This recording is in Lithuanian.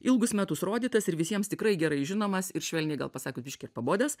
ilgus metus rodytas ir visiems tikrai gerai žinomas ir švelniai gal pasakius biškį ir pabodęs